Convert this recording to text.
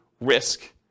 risk